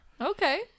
okay